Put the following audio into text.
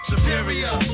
Superior